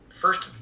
first